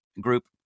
group